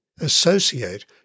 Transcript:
associate